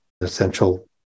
essential